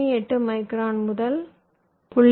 18 micron முதல் 0